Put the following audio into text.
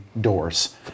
doors